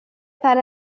para